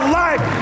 life